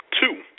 Two